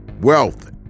wealth